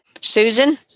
Susan